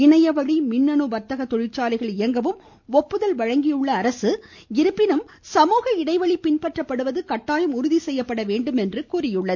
இணையவழி மின்னணு வர்த்தக தொழிற்சாலைகள் இயங்கவும் ஒப்புதல் அளித்துள்ள அரசு இருப்பினும் சமூக இடைவெளி பின்பற்றப்படுவது கட்டாயம் உறுதி செய்யப்பட வேண்டும் எனவும் அறிவுறுத்தியுள்ளது